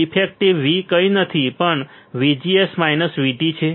effective v કંઈ નથી પણ VGS VT છે